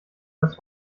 das